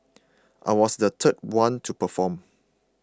I was the third one to perform